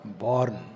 born